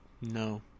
No